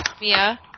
Mia